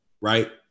right